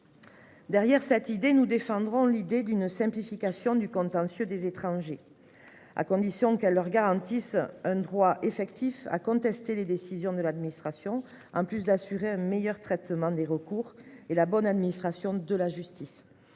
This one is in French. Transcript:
Derrière cette idée nous défendrons l'idée d'une simplification du contentieux des étrangers. À condition qu'elle leur garantissent un droit effectif à contester les décisions de l'administration en plus d'assurer un meilleur traitement des recours et la bonne administration de la justice.